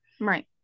right